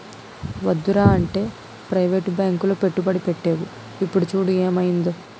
వద్దురా అంటే ప్రవేటు బాంకులో పెట్టుబడి పెట్టేవు ఇప్పుడు చూడు ఏమయిందో